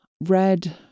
red